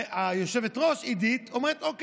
היושבת-ראש עידית אומרת: אוקיי,